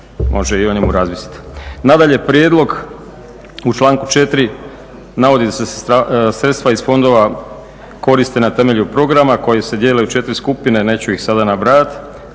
se i o njemu razmisliti. Nadalje, prijedlog u članku 4. navodi se da se sredstva iz fondova koriste na temelju programa koji se dijele u 4 skupine, neću ih sada nabrajati.